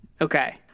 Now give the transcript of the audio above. Okay